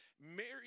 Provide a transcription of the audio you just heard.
Mary